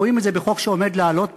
רואים את זה בחוק שעומד לעלות פה,